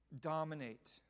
dominate